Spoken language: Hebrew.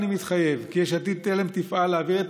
אני מתחייב כי יש עתיד-תל"ם תפעל להעביר את